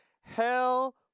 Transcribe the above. Hell